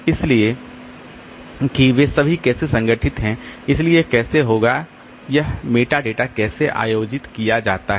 इसलिए कि वे सभी कैसे संगठित हैं इसलिए यह कैसे होगा यह मेटाडेटा कैसे आयोजित किया जाता है